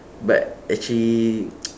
but actually